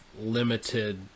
limited